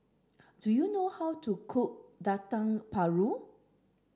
do you know how to cook Dendeng Paru